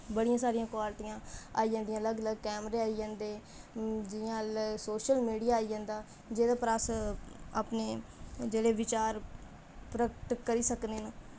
बड़ियां सारियां क्वालिटियां आई जंदियां अलग अलग कैमरे आई जंदे जियां सोशल मीडिया आई जंदा जेह्दे उप्पर अस अपने जेह्ड़े विचार प्राप्त करी सकने न